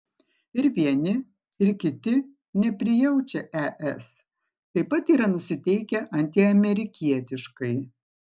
ir vieni ir kiti neprijaučia es taip pat yra nusiteikę antiamerikietiškai